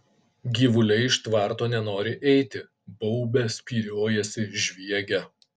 gyvuliai iš tvarto nenori eiti baubia spyriojasi žviegia